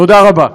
תודה רבה.